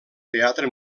teatre